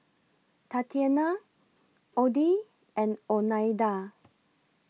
Tatianna Oddie and Oneida